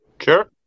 Sure